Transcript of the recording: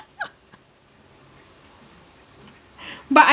but I